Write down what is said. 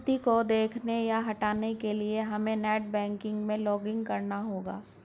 लाभार्थी को देखने या हटाने के लिए हमे नेट बैंकिंग में लॉगिन करना होगा